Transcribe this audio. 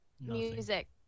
music